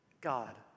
God